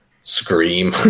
scream